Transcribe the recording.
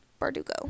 Bardugo